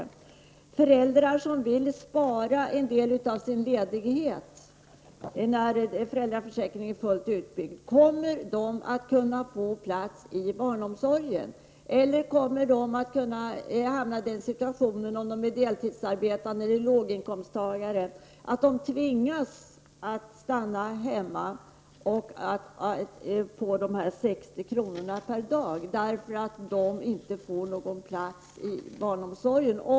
När föräldraförsäkringen är fullt utbyggd, kommer då föräldrar som vill spara en del av ledigheten till längre fram att få plats i barnomsorgen, eller kommer de — om de är deltidsarbetande eller låginkomsttagare — att tvingas stanna hemma för dessa 60 kr. per dag därför att de inte får någon plats i barnomsorgen?